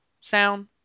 sound